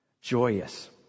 joyous